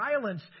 violence